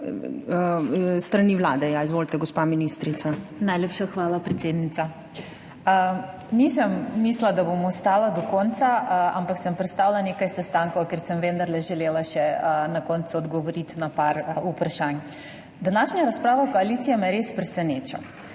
(ministrica za digitalno preobrazbo): Najlepša hvala, predsednica. Nisem mislila, da bom ostala do konca, ampak sem prestavila nekaj sestankov, ker sem vendarle želela še na koncu odgovoriti na nekaj vprašanj. Današnja razprava koalicije me res preseneča.